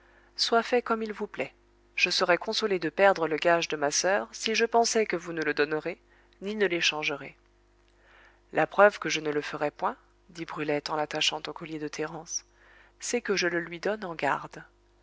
soit fait comme il vous plaît je serais consolé de perdre le gage de ma soeur si je pensais que vous ne le donnerez ni ne l'échangerez la preuve que je ne le ferai point dit brulette en l'attachant au collier de thérence c'est que je le lui donne en garde